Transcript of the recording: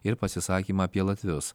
ir pasisakymą apie latvius